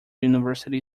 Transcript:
university